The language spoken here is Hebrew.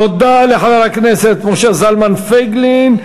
תודה לחבר הכנסת משה זלמן פייגלין.